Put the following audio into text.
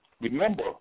Remember